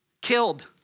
killed